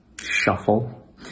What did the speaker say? shuffle